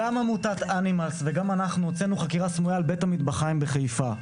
גם עמותת אנימלס וגם אנחנו הוצאנו חקירה סמויה על בית המטבחיים בחיפה.